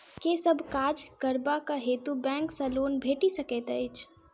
केँ सब काज करबाक हेतु बैंक सँ लोन भेटि सकैत अछि?